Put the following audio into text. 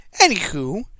Anywho